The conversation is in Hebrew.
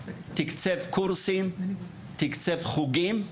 קורסים, חוגים,